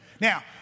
Now